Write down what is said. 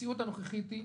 המציאות הנוכחית היא,